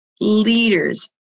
leaders